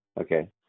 Okay